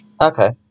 Okay